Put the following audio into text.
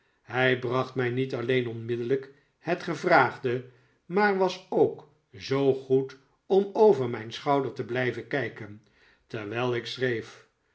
hij bracht mij niet alleen onmiddellijk het gevraagde maar was ook zoo goed om over mijn schouder te blijven kijken terwijl ik schreef